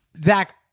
Zach